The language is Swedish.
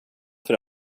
för